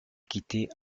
quittés